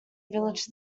village